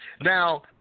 Now